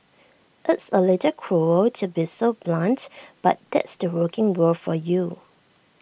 it's A little cruel to be so blunt but that's the working world for you